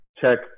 check